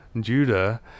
Judah